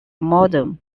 modem